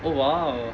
oh !wow!